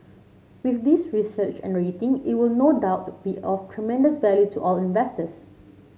with this research and rating it will no doubt be of tremendous value to all investors